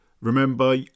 Remember